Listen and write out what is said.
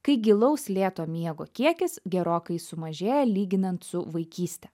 kai gilaus lėtojo miego kiekis gerokai sumažėja lyginant su vaikyste